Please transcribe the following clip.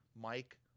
Mike